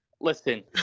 listen